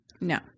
No